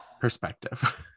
perspective